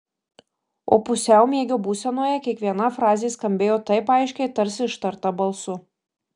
o pusiaumiegio būsenoje kiekviena frazė skambėjo taip aiškiai tarsi ištarta balsu